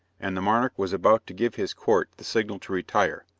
and the monarch was about to give his court the signal to retire,